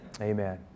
Amen